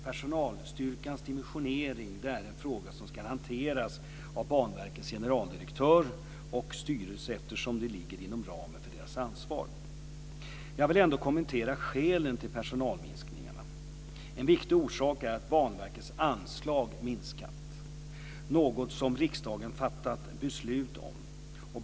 Personalstyrkans dimensionering är en fråga som ska hanteras av Banverkets generaldirektör och styrelse eftersom det ligger inom ramen för deras ansvar. Jag vill ändå kommentera skälen till personalminskningarna. En viktig orsak är att Banverkets anslag minskat, något som riksdagen fattat beslut om.